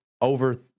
over